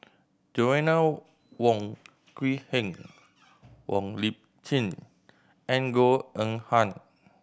Joanna Wong Quee Heng Wong Lip Chin and Goh Eng Han